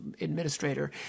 administrator